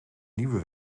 nieuwe